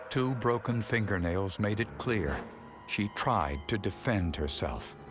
two broken fingernails made it clear she tried to defend herself.